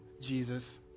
Jesus